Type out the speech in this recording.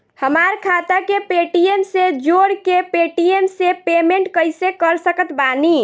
हमार खाता के पेटीएम से जोड़ के पेटीएम से पेमेंट कइसे कर सकत बानी?